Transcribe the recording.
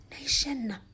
nation